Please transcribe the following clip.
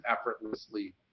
effortlessly